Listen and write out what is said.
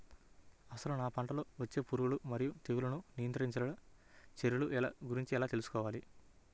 అసలు నా పంటలో వచ్చే పురుగులు మరియు తెగులుల నియంత్రణ చర్యల గురించి ఎలా తెలుసుకోవాలి?